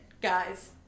guys